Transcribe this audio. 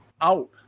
out